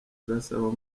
turabasaba